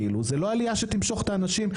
זאת לא עלייה שתמשוך את האנשים.